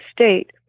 State